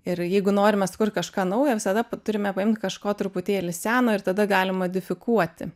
ir jeigu norime sukurt kažką naujo visada turime paimt kažko truputėlį seno ir tada galim modifikuoti